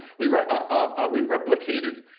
we ah we replicated.